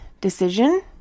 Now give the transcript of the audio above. decision